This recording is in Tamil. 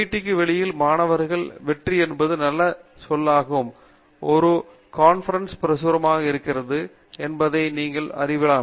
டிக்கு வெளியில் மாணவர் வெற்றி என்பது நல்லது சொல்லும்போது ஒரு கானபெரென் சின் பிரசுரமாக இருக்கிறதா என்பதை நீங்கள் அறிவீர்கள்